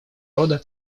рода